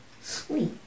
sweet